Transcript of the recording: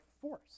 force